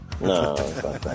No